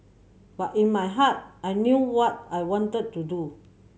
but in my heart I knew what I wanted to do